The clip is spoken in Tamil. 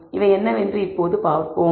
இவை என்னவென்று இப்போது பார்ப்போம்